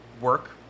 work